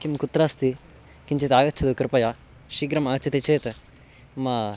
किं कुत्र अस्ति किञ्चित् आगच्छतु कृपया शीघ्रम् आगच्छति चेत् मा